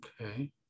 Okay